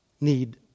need